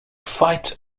fights